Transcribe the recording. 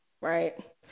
right